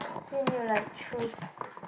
swing you like truce